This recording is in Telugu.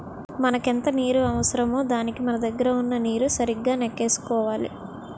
మనకెంత నీరు అవసరమో దానికి మన దగ్గర వున్న నీరుని సరిగా నెక్కేసుకోవాలి